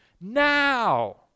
Now